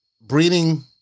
breeding